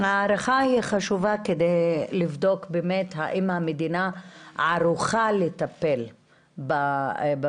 ההערכה היא חשובה כדי לבדוק באמת האם המדינה ערוכה לטפל במקרים.